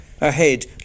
Ahead